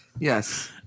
Yes